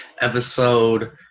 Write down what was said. episode